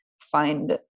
find